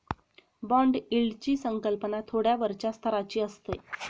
bond यील्डची संकल्पना थोड्या वरच्या स्तराची असते